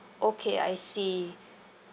okay I see